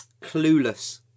Clueless